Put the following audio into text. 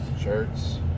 shirts